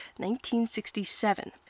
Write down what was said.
1967